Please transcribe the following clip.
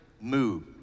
move